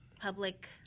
public